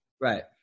Right